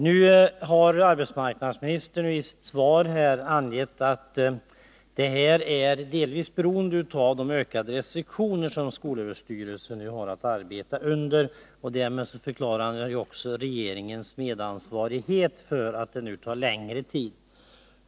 Nu har arbetsmarknadsministern i sitt svar angivit att den delvis beror på de ökade restriktioner som skolöverstyrelsen har att arbeta under. Därmed förklarar han också att regeringen är medansvarig för denna tröghet.